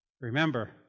Remember